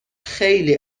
خیلی